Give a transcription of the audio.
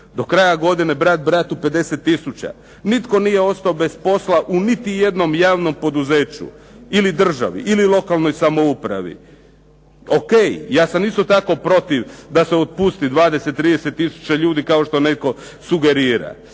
Do kraja godine brat bratu 50000. Nitko nije ostao bez posla u niti jednom javnom poduzeću ili državi ili lokalnoj samoupravi. O.k. Ja sam isto tako protiv da se otpusti 20, 30000 ljudi kao što netko sugerira.